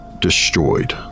destroyed